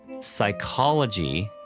Psychology